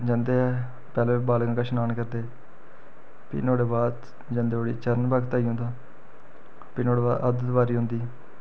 जंदे पैह्ले बाण गंगा स्नान करदे फ्ही नुआढ़े बाद जंदे धोड़ी चरण पादुका आई जंदा फ्ही नुआढ़े बाद आद्ध कुआरी आंदी